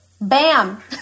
bam